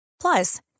Plus